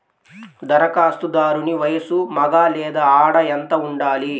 ధరఖాస్తుదారుని వయస్సు మగ లేదా ఆడ ఎంత ఉండాలి?